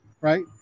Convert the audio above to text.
right